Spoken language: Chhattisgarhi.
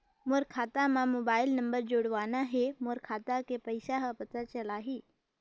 मोर खाता मां मोला मोबाइल नंबर जोड़वाना हे मोर खाता के पइसा ह पता चलाही?